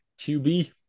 QB